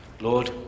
Lord